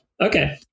Okay